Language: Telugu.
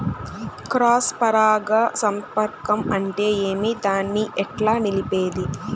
క్రాస్ పరాగ సంపర్కం అంటే ఏమి? దాన్ని ఎట్లా నిలిపేది?